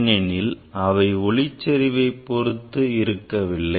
ஏனெனில் அவை ஒளி செறிவை சார்ந்து இருக்கவில்லை